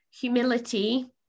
humility